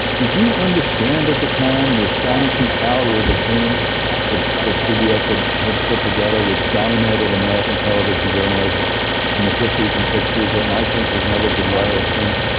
did you understand at the time the astonishing caliber of the team that that cbs had had put together which dominated american television journalism in the fifty s and sixty s and i think has never been finer since?